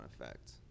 effect